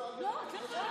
לא נורא.